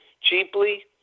cheaply